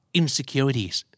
insecurities